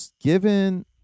given